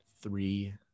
three